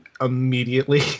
immediately